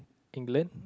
England